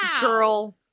Girl